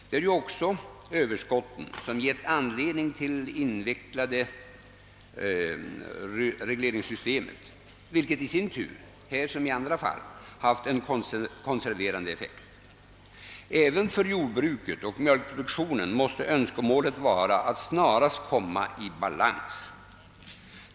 Det är ju också överskotten, som gett anledning till det invecklade regleringssystemet, vilket i sin tur — här som i andra fall — haft en konserverande effekt. Även för jordbruket och mjölkproduktionen måste önskemålet vara att snarast komma i balans.